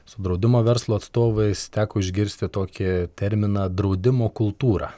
su draudimo verslo atstovais teko išgirsti tokį terminą draudimo kultūra